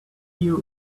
you